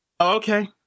okay